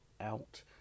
out